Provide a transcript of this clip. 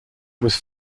was